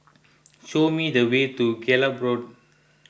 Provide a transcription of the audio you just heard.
show me the way to Gallop Road